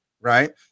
right